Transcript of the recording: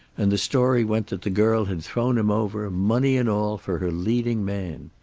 and the story went that the girl had thrown him over, money and all, for her leading man.